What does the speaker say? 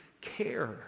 care